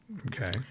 Okay